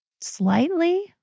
slightly